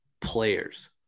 players